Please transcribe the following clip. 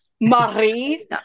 Marie